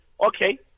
okay